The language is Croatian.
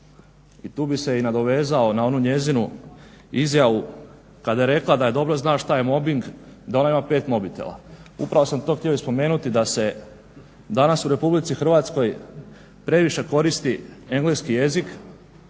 i tu bih se nadovezao na onu njezinu izjavu kada je rekla da dobro zna šta je mobing da ona ima pet mobitela. Upravo sam to htio i spomenuti da se danas u RH previše koristi engleski jezik,